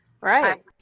Right